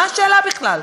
מה השאלה בכלל?